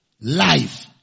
Life